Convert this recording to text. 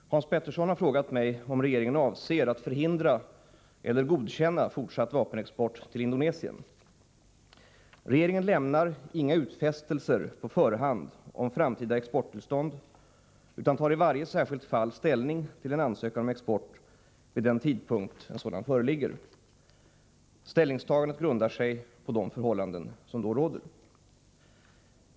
Herr talman! Hans Petersson i Hallstahammar har frågat mig om regeringen avser att förhindra eller godkänna fortsatt vapenexport till Indonesien. Regeringen lämnar inga utfästelser på förhand om framtida exporttillstånd utan tar i varje särskilt fall ställning till en ansökan om export vid den tidpunkt en sådan föreligger. Ställningstagandet grundar sig på de förhållanden som då råder.